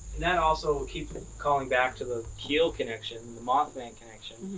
that also keeps calling back to the keel connection, the mothman connection,